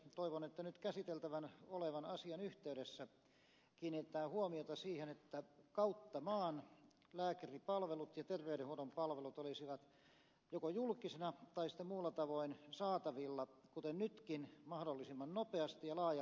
toivon että nyt käsiteltävänä olevan asian yhteydessä kiinnitetään huomiota siihen että kautta maan lääkäripalvelut ja terveydenhuollon palvelut olisivat joko julkisina tai sitten muulla tavoin saatavilla kuten nytkin mahdollisimman nopeasti ja laajalti